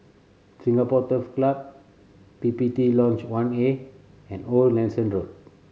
Singapore Turf Club P P T Lodge One A and Old Nelson Road